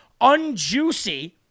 unjuicy